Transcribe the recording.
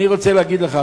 אני רוצה להגיד לך,